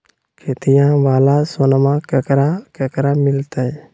खेतिया वाला लोनमा केकरा केकरा मिलते?